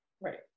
Right